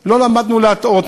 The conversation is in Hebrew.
לא למדנו להטעות,